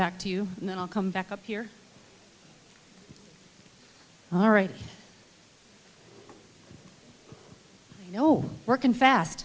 back to you and then i'll come back up here all right you know working fast